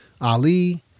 Ali